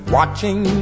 Watching